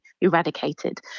eradicated